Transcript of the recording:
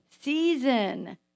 Season